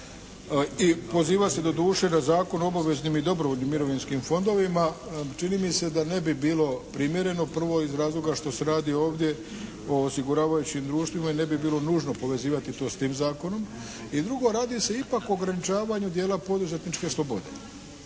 i pozivat se doduše na Zakon o obaveznim i dobrovoljnim mirovinskim fondovima, čini mi se da ne bi bilo primjereno. Prvo iz razloga što se radi ovdje o osiguravajućim društvima i ne bi bilo nužno povezivati to s tim zakonom. I drugo, radi se ipak o ograničavanju dijela poduzetničke slobode.